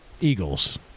Eagles